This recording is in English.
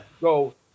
go